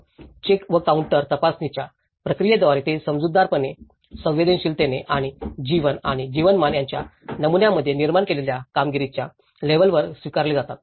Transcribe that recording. check व counter तपासणीच्या प्रक्रियेद्वारे ते समजूतदारपणे संवेदनशीलतेने आणि जीवन आणि जीवनमान यांच्या नमुन्यांमध्ये निर्माण केलेल्या कामगिरीच्या लेवलवर स्वीकारले जातात